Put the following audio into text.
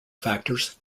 factors